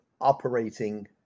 operating